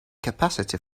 capacity